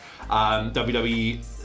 WWE